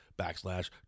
backslash